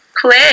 play